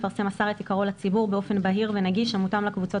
יפרסם השר את עיקרו לציבור באופן בהיר ונגיש המותאם לקבוצות